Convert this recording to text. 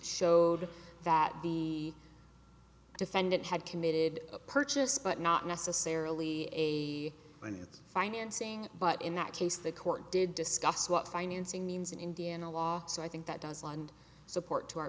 showed that the defendant had committed a purchase but not necessarily a and financing but in that case the court did discuss what financing means in indiana law so i think that does lend support to our